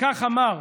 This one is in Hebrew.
וכך אמר: